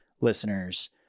listeners